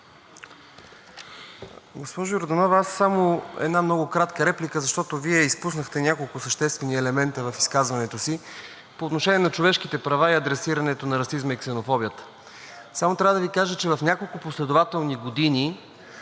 Госпожо Йорданова, аз само една много кратка реплика, защото Вие изпуснахте няколко съществени елемента в изказването си по отношение на човешките права и адресирането на расизма и ксенофобията. Само трябва да Ви кажа, че в няколко последователни години